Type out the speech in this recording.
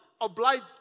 obliged